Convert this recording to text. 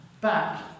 back